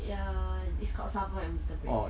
ya it's called summer and winter break